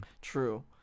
True